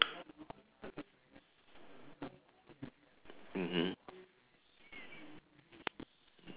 mmhmm